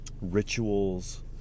rituals